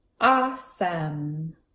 awesome